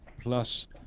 plus